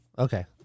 Okay